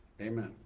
Amen